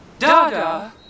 Dada